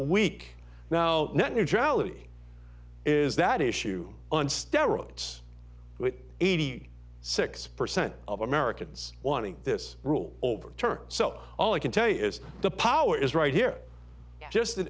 neutrality is that issue on steroids it eighty six percent of americans wanting this rule overturned so all i can tell you is the power is right here just